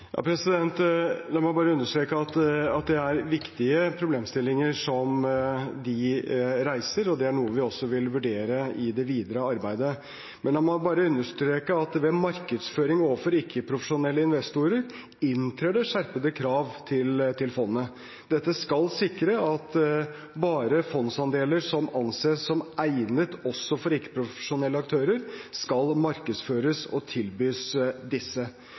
La meg bare understreke at det er viktige problemstillinger de reiser, og det er også noe vi vil vurdere i det videre arbeidet. La meg bare understreke at ved markedsføring overfor ikke-profesjonelle investorer inntrer det skjerpede krav til fondet. Dette skal sikre at bare fondsandeler som anses som egnet også for ikke-profesjonelle aktører, skal markedsføres og tilbys disse.